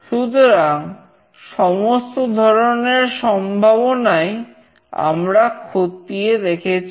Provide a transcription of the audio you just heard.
সুতরাং সমস্ত ধরনের সম্ভাবনাই আমরা খতিয়ে দেখেছি